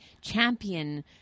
champion